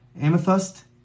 Amethyst